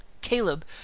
Caleb